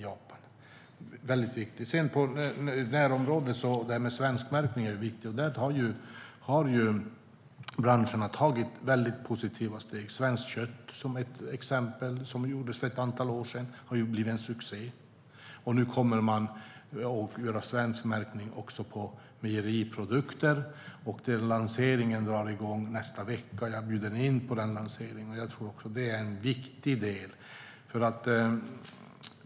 Det är väldigt viktigt. I närområdet är svenskmärkning viktig. Där har branscherna tagit väldigt positiva steg. Svenskt kött är ett exempel. Det gjordes för ett antal år sedan och har blivit en succé. Nu kommer man att göra svenskmärkning också på mejeriprodukter. Lanseringen drar igång nästa vecka, och jag är inbjuden till den lanseringen. Också det är en viktig del.